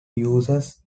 uses